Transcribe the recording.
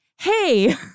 hey